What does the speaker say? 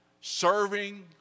serving